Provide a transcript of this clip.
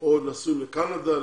או נסעו לקנדה.